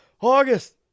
August